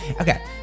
Okay